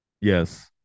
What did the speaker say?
Yes